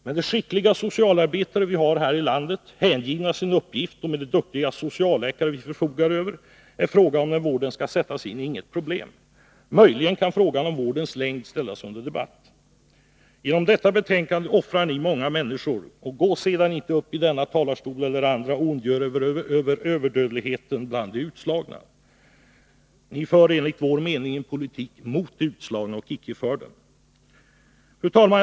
Men med de skickliga socialarbetare, hängivna sin uppgift, som vi hari det här landet och med de duktiga socialläkare vi förfogar över är frågan om när vården skall sättas in inget problem. Möjligen kan frågan om vårdens längd ställas under debatt. Genom detta betänkande offrar ni många människor. Gå sedan inte upp i denna eller andra talarstolar och ondgör er över överdödligheten bland de utslagna! Ni för enligt vår mening en politik mot de utslagna, inte för dem. Fru talman!